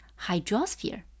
hydrosphere